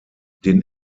den